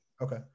okay